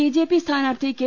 BJP സ്ഥാനാർത്ഥി K